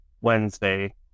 Wednesday